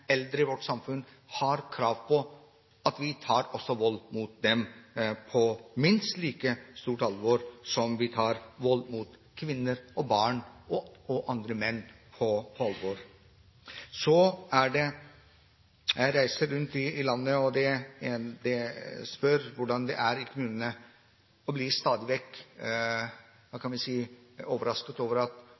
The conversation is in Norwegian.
eldre i vårt samfunn, har krav på at vi tar vold mot dem på minst like stort alvor som vi tar vold mot kvinner, barn og menn på alvor. Jeg reiser rundt i landet og spør hvordan det er i kommunene. Jeg blir stadig vekk – hva kan vi si – overrasket over at